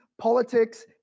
politics